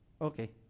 okay